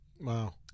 Wow